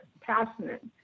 passionate